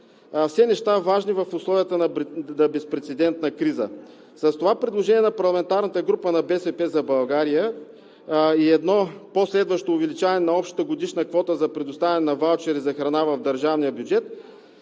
все неща, важни в условията на безпрецедентна криза. Предложението на парламентарната група на „БСП за България“ и едно последващо увеличаване на общата годишна квота за предоставяне на ваучери за храна в държавния бюджет